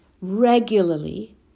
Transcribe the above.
regularly